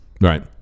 Right